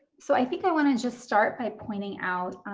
so i think i wanna just start by pointing out,